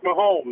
Mahomes